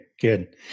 good